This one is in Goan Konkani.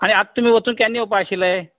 आनी आतां तुमी वचून केन्ना येवपा आशिल्ले